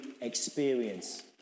experience